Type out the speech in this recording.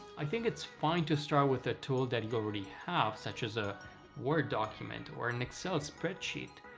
i think it's fine to start with a tool that you already have such as a word document or an excel spreadsheet.